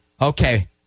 Okay